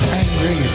angry